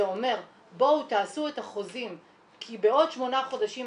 אומר בואו תעשו את החוזים כי בעוד שמונה חודשים,